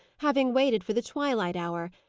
having waited for the twilight hour,